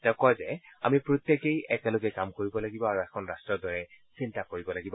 তেওঁ কয় যে আমি প্ৰত্যেকেই একেলগে কাম কৰিব লাগিব আৰু এখন ৰাট্টৰ দৰে চিন্তা কৰিব লাগিব